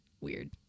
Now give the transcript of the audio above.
weird